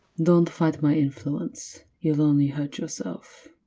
don't fight my influence, you'll only hurt yourself.